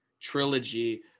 trilogy